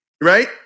right